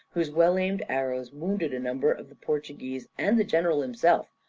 whose well-aimed arrows wounded a number of the portuguese and the general himself,